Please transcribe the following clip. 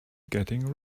getting